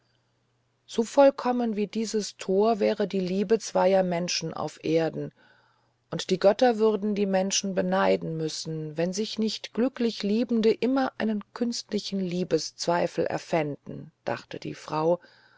so vollkommen wie dieses tor wäre die liebe zweier menschen auf erden und die götter würden die menschen beneiden müssen wenn sich nicht glücklich liebende immer einen künstlichen liebeszweifel erfänden dachte die frau